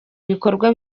ibikorwa